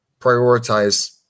prioritize